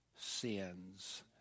sins